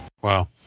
Wow